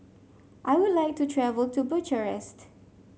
I would like to travel to Bucharest